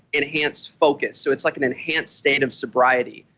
enhanced focus. so it's like an enhanced state of sobriety,